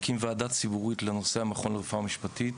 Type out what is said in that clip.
הקים וועדה ציבורית לנושא המכון לרפואה משפטית.